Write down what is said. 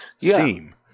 theme